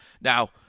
Now